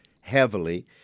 heavily